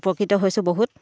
উপকৃত হৈছোঁ বহুত